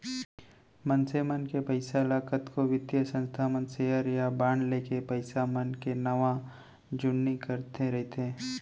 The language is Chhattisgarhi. मनसे मन के पइसा ल कतको बित्तीय संस्था मन सेयर या बांड लेके पइसा मन के नवा जुन्नी करते रइथे